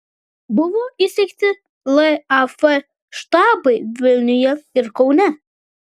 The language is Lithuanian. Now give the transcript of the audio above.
buvo įsteigti laf štabai vilniuje ir kaune